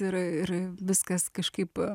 ir ir viskas kažkaip